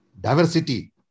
diversity